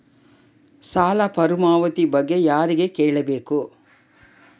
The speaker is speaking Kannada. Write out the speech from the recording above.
ಸಾಲ ಮರುಪಾವತಿ ಬಗ್ಗೆ ಯಾರಿಗೆ ಕೇಳಬೇಕು?